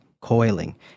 coiling